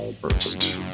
first